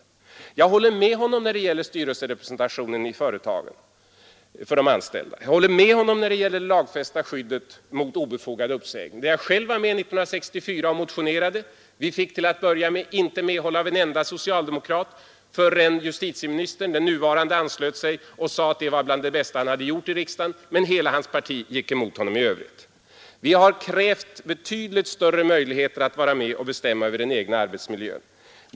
Jag håller med honom när det gäller styrelserepresentationen för de anställda i företagen. Jag håller med honom när det gäller det lagfästa skyddet mot obefogad uppsägning. Jag var själv med 1964 och motionerade. Vi fick till att börja med inte medhåll av en enda socialdemokrat förrän justitieministern, den nuvarande, anslöt sig och sade att det var bland det bästa han gjort i riksdagen. Men hela hans parti gick emot honom i övrigt. Vi har krävt betydligt större möjligheter att vara med och bestämma över den egna arbetsmiljön.